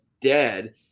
dead